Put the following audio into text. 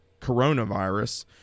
coronavirus